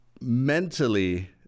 mentally